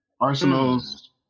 Arsenal's